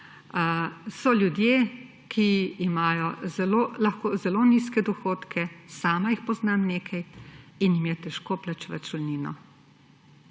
So ljudje, ki imajo lahko zelo nizke dohodke, sama jih poznam nekaj, in jim je težko plačevat šolnino.